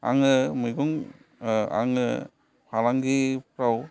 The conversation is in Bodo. आङो मैगं आङो फालांगिफ्राव